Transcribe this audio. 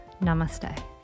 Namaste